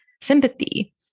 sympathy